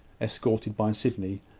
escorted by sydney,